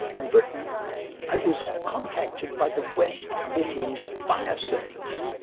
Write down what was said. in britain i was contacted by the west midlands fire service.